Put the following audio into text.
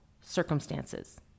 circumstances